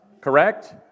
correct